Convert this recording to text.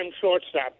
shortstop